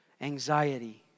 anxiety